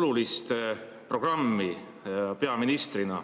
olulist programmi peaministrina